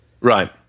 Right